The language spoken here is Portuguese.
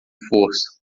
força